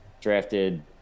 drafted